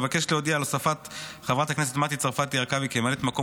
אבקש להודיע על הוספת חברת הכנסת מטי צרפתי הרכבי כממלאת מקום